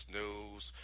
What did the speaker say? news